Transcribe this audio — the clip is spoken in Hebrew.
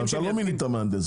אבל אתה לא מינתה מהנדס,